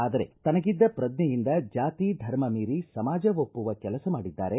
ಆದರೆ ತನಗಿದ್ದ ಪ್ರಜ್ಞೆಯಿಂದ ಜಾತಿ ಧರ್ಮ ಮೀರಿ ಸಮಾಜ ಒಪ್ಪುವ ಕೆಲಸ ಮಾಡಿದ್ದಾರೆ